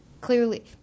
clearly